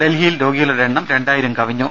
ഡൽഹിയിൽ രോഗികളുടെ എണ്ണം രണ്ടായിരം കവിഞ്ഞു